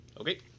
Okay